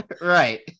Right